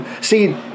See